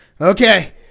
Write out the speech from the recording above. okay